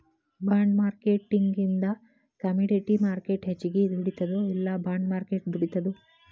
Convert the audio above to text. ಬಾಂಡ್ಮಾರ್ಕೆಟಿಂಗಿಂದಾ commodity market ಹೆಚ್ಗಿ ದುಡಿತದೊ ಇಲ್ಲಾ ಬಾಂಡ್ ಮಾರ್ಕೆಟ್ ದುಡಿತದೊ?